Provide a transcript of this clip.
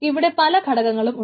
ഇവിടെ പല ഘടകങ്ങളും ഉണ്ട്